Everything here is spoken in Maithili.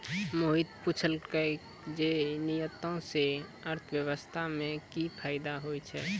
मोहित पुछलकै जे निर्यातो से अर्थव्यवस्था मे कि फायदा होय छै